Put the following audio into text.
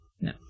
No